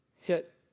hit